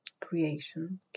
Creation